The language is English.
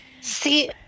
See